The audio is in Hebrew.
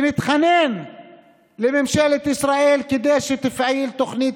שנתחנן לממשלת ישראל כדי שתפעיל תוכנית